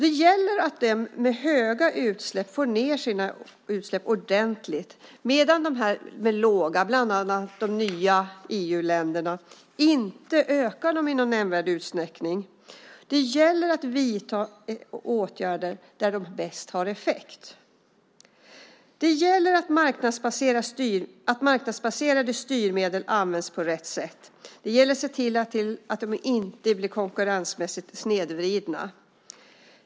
Det gäller därför att länderna med höga utsläpp får ned dem ordentligt medan de med låga utsläpp, bland annat de nya EU-länderna, inte ökar dem i någon nämnvärd utsträckning. Det gäller att vidta åtgärder där de har bäst effekt. Det gäller att marknadsbaserade styrmedel används på rätt sätt. Det gäller att se till att de inte blir konkurrensmässigt snedvridna.